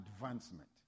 advancement